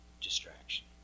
distraction